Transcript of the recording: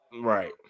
Right